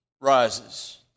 rises